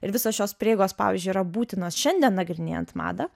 ir visos šios prieigos pavyzdžiui yra būtinos šiandien nagrinėjant madą